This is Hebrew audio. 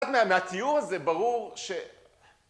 מהתיאור הזה ברור ש...